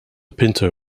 pinto